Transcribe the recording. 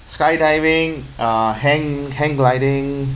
skydiving uh hang hang gliding